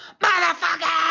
Motherfucker